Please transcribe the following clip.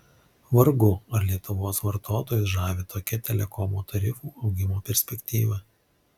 vargu ar lietuvos vartotojus žavi tokia telekomo tarifų augimo perspektyva